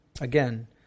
again